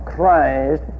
Christ